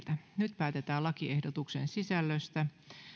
nyt päätetään lakiehdotuksen sisällöstä